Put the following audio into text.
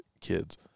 kids